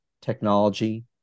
technology